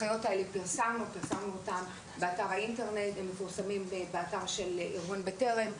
ופרסמנו באתר האינטרנט וכן באתר של ארגון בטרם.